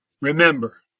Remember